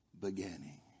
beginning